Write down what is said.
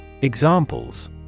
Examples